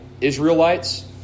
Israelites